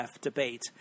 debate